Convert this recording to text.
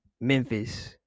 Memphis